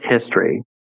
history